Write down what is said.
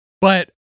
But-